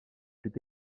fut